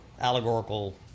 allegorical